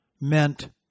meant